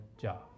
job